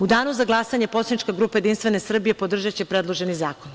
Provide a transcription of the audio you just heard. U danu za glasanje poslanička grupa Jedinstvene Srbije podržaće predloženi zakon.